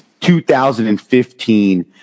2015